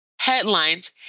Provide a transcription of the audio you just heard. Headlines